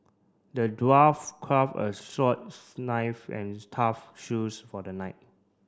the dwarf craft a knife and a tough shoes for the knight